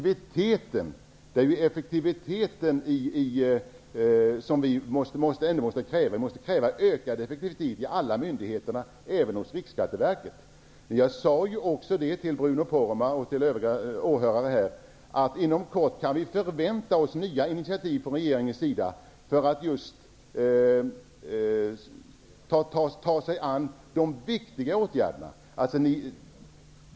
Vi måste kräva ökad effektivitet hos alla myndigheter, även hos Jag sade ju till Bruno Poromaa och övriga åhörare att vi inom kort kan förvänta oss nya initiativ från regeringen för att man skall kunna vidta de angelägna åtgärderna.